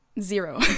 zero